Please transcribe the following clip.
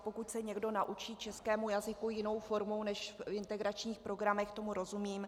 Pokud se někdo naučí českému jazyku jinou formou než v integračních programech, tomu rozumím.